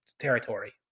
territory